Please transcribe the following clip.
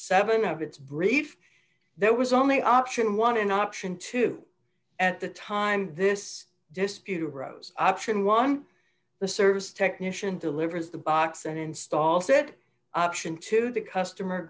seven of its brief there was only option one in option two at the time this dispute arose option one the service technician delivers the box and install said option to the customer